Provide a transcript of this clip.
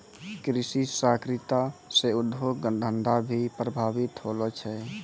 कृषि सहकारिता से उद्योग धंधा भी प्रभावित होलो छै